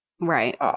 right